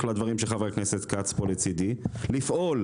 לדברים של חבר הכנסת כץ פה לצדי אלא לפעול.